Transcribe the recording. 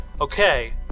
okay